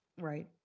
right